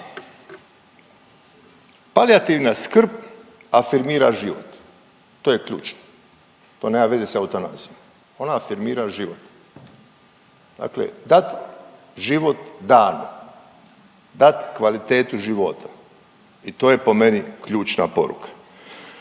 Palijativna skrb afirmira život, to je ključno, to nema veze s eutanazijom, ona afirmira život, dakle dat život danu, dat kvalitetu života i to je po meni ključna poruka.